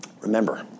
Remember